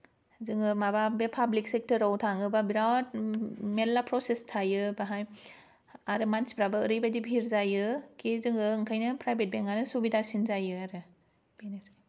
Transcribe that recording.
जोङो माबा बे पाब्लिक चेक्ट'राव थाङोबा बिराथ मेरला प्रसेस थायो बाहाय आरो मानसिफ्राबो ओरैबादि बिहिर जायो खि जोङो ओंखायनो प्राइभेट बेंक आनो सुबिदासिन जायो आरो बेनोसै